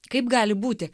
kaip gali būti